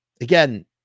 again